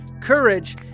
courage